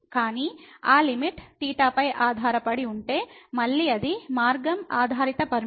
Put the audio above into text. కానీ ఆ లిమిట్ పై ఆధారపడి ఉంటే మళ్ళీ అది మార్గం ఆధారిత పరిమితి